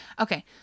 Okay